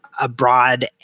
abroad